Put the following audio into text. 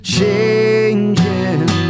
changing